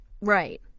Right